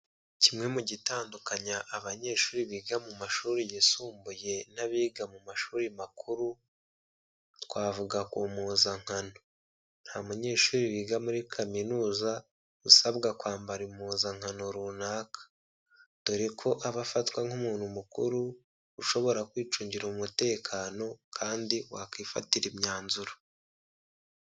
Kimwe mu bitandukanya abanyeshuri biga mu mashuri yisumbuye n'abiga mu mashuri makuru, twavuga ku mpuzankano, nta munyeshuri wiga muri kaminuza usabwa kwambara impuzankano runaka, dore ko aba afatwa nk'umuntu mukuru ushobora kwicungira umutekano kandi wakifatira imyanzuro.